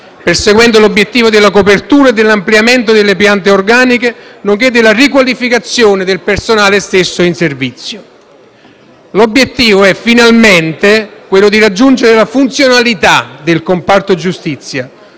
perseguendo l'obiettivo della copertura e dell'ampliamento delle piante organiche, nonché della riqualificazione del personale stesso in servizio. L'obiettivo è finalmente quello di raggiungere la funzionalità del comparto giustizia,